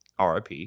RIP